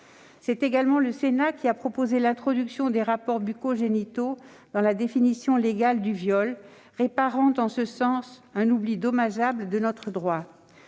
C'est également le Sénat qui a proposé l'introduction des rapports bucco-génitaux dans la définition légale du viol, réparant un oubli dommageable dans notre droit.